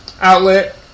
Outlet